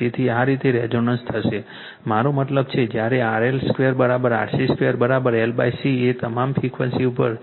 તેથી આ રીતે રેઝોનન્ટ થશે મારો મતલબ કે જ્યારે RL2 RC2 LC એ તમામ ફ્રીક્વન્સીઝ ઉપર